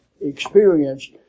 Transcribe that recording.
experienced